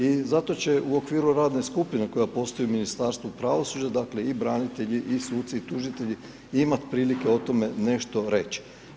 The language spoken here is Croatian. I zato će u okviru radne skupine, koja postoji u Ministarstvu pravosuđa, dakle i branitelji i suci i tužitelji, imati prilike o tome nešto reći.